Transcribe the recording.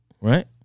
right